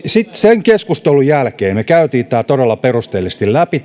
sitten sen keskustelun jälkeen me kävimme todella perusteellisesti läpi